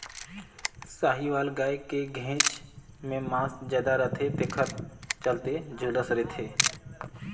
साहीवाल गाय के घेंच में मांस जादा रथे तेखर चलते झूलत रथे